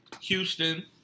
Houston